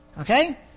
Okay